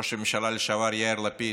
ראש הממשלה לשעבר יאיר לפיד,